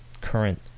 current